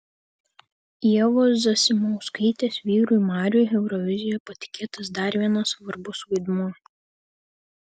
ievos zasimauskaitės vyrui mariui eurovizijoje patikėtas dar vienas svarbus vaidmuo